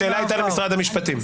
השאלה הייתה למשרד המשפטים.